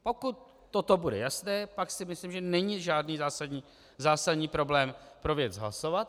Pokud toto bude jasné, pak si myslím, že není žádný zásadní problém pro věc hlasovat.